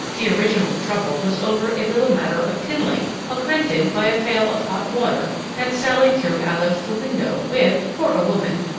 the original trouble was over a little matter of kindling, augmented by a pail of hot water that sallie threw out of the window with, for a woman,